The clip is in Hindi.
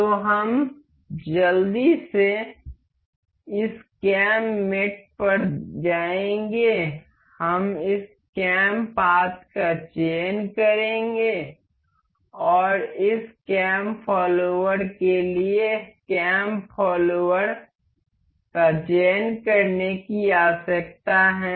तो हम जल्दी से इस कैम मेट पर जाएंगे हम इस कैम पाथ का चयन करेंगे और इस कैम फॉलोअर के लिए कैम फॉलोअर का चयन करने की आवश्यकता है